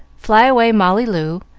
fly-away molly loo,